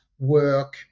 work